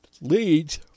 leads